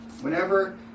whenever